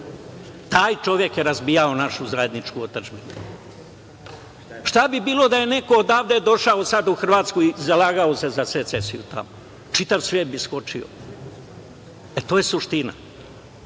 Taj čovek je razvijao našu zajedničku otadžbinu. Šta bi bilo da je neko odavde došao sada u Hrvatsku i zalagao se za secesiju tamo? Čitav svet bi skočio. To je suština. Dakle,